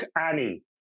Annie